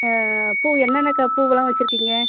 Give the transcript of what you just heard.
பூ என்னென்னக்கா பூவெல்லாம் வைச்சுருக்கீங்க